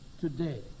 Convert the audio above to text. today